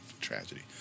tragedy